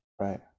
right